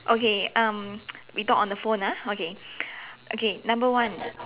okay um we talk on the phone ah okay okay number one